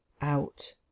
out